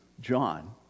john